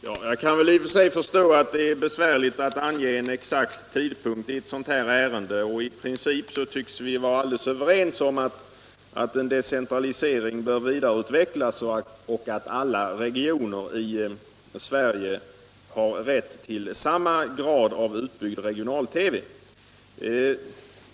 Herr talman! Jag kan i och för sig förstå att det är besvärligt att ange en exakt tidpunkt i ett sådant här ärende. I princip tycks vi vara överens om att en decentralisering bör vidareutvecklas och att alla regioner i Sverige har rätt till samma grad av utbyggd regional-TV.